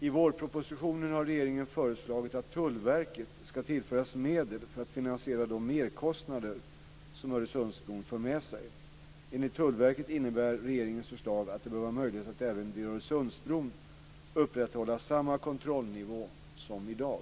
I vårpropositionen har regeringen föreslagit att Tullverket ska tillföras medel för att finansiera de merkostnader som Öresundsbron för med sig. Enligt Tullverket innebär regeringens förslag att det bör vara möjligt att även vid Öresundsbron upprätthålla samma kontrollnivå som i dag.